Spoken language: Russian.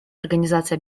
организации